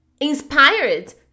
inspired